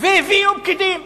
והביאו פקידים.